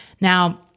Now